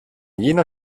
jener